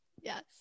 Yes